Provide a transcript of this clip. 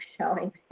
showing